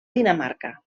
dinamarca